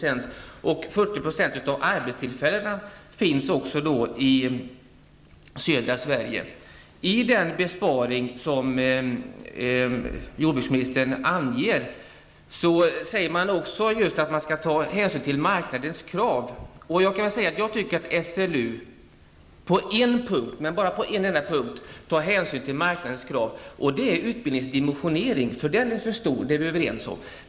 Dessutom finns 40 % av arbetstillfällena i södra Sverige. I den besparing som jordbruksministern anger ingår att man skall ta hänsyn till marknadens krav. Jag tycker att SLU på en punkt, men bara på en enda, tar hänsyn till marknadens krav, och det är beträffande utbildningens dimensionering. Vi är överens om att den är för stor.